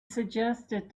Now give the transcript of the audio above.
suggested